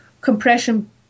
compression